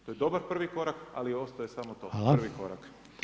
To je dobar prvi korak, ali ostao je samo to, prvi korak.